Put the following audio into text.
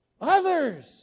others